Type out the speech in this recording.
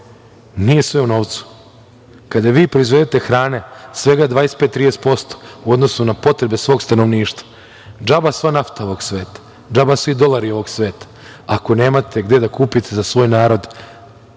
nije sve u novcu. Kada vi proizvedete hrane svega 25-30% u odnosu na potrebe svog stanovništva, džaba sva nafta ovog sveta, džaba svi dolari ovog sveta, ako nemate gde da kupite za svoj narod